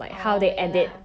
oh ya lah